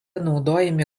naudojami